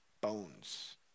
Bones